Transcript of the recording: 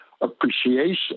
appreciation